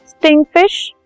stingfish